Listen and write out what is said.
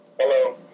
Hello